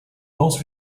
most